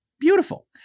beautiful